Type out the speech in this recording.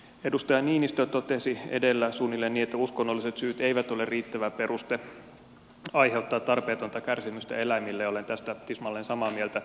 edustaja niinistö totesi edellä suunnilleen niin että uskonnolliset syyt eivät ole riittävä peruste aiheuttaa tarpeetonta kärsimystä eläimille ja olen tästä tismalleen samaa mieltä